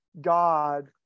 God